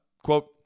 Quote